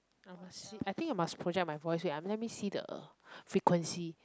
I must see I think you must project on my voice let me see the frequency